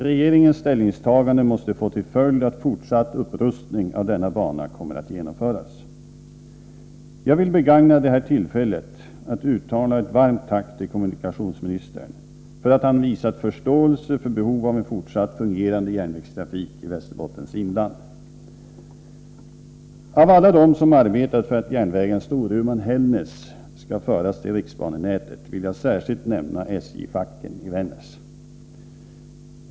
Regeringens ställningstagande måste få till följd att fortsatt upprustning av denna bana kommer att genomföras. Jag vill begagna detta tillfälle till att uttala ett varmt tack till kommunikationsministern för att han visat förståelse för behov av en fortsatt fungerande järnvägstrafik i Västerbottens inland. Av alla dem som arbetat för att järnvägen Storuman-Hällnäs skall föras till riksbanenätet vill jag särskilt nämna SJ-facken i Vännäs.